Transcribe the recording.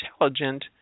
intelligent